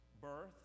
Birth